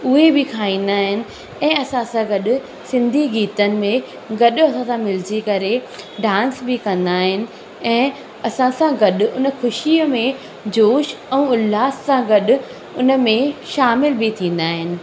उहे बि खाईंदा आहिनि ऐं असांसा गॾु सिंधी गीतनि में गॾु असांसां मिलिजी करे डांस बि कंदा आहिनि ऐं असांसां गॾु उन ख़ुशीअ में जोश ऐं उल्हास सां गॾु उन में शामिल बि थींदा आहिनि